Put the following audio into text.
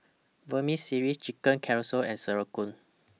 Vermicelli Chicken Casserole and Sauerkraut